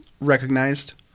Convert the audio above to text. recognized